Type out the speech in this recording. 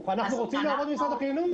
אנחנו רוצים לעבוד במשרד החינוך.